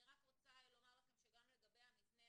אני רוצה לומר לכם שגם לגבי המבנה,